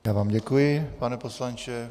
Já vám děkuji, pane poslanče.